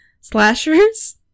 slashers